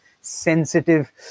sensitive